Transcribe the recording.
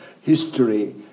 history